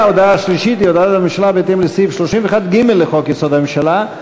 וההודעה השלישית היא הודעת הממשלה בהתאם לסעיף 31(ג) לחוק-יסוד: הממשלה,